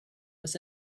was